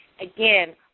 Again